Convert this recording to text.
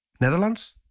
Netherlands